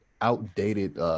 outdated